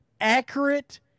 accurate